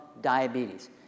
diabetes